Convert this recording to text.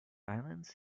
islands